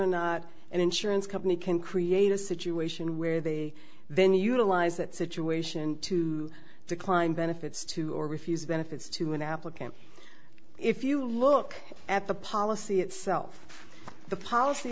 or not an insurance company can create a situation where they then utilize that situation to decline benefits to or refuse benefits to an applicant if you look at the policy itself the policy